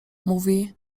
mówi